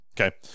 Okay